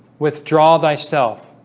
withdraw thyself